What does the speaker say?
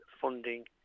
funding